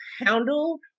handled